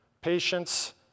patience